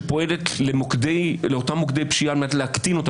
שפועלת לאותם מוקדי פשיעה על מנת להקטין אותם.